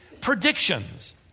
predictions